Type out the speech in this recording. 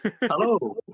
hello